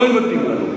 מאוד מתאים לנו.